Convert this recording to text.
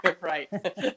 Right